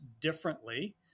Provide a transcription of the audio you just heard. differently